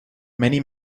many